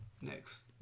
next